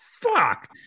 fuck